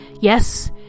Yes